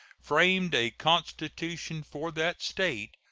framed a constitution for that state,